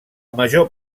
major